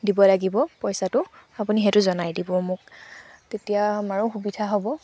দিব লাগিব পইচাটো আপুনি সেইটো জনাই দিব মোক তেতিয়া আমাৰো সুবিধা হ'ব